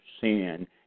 sin